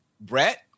Brett